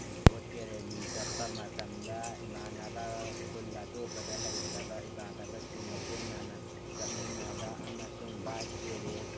ꯚꯣꯠꯀꯤ rally ꯆꯠꯄ ꯃꯇꯝꯗ ꯏꯃꯥꯅꯕ ꯈꯨꯜ ꯑꯇꯣꯞꯄꯗ ꯂꯩꯈ꯭ꯔꯕ ꯏꯃꯥꯟꯅꯕꯁꯤꯡꯒ ꯄꯨꯟꯅ ꯆꯠꯃꯤꯟꯅꯕ ꯑꯃꯁꯨꯡ ꯕꯥꯏꯛꯀꯤ ꯔꯦꯁ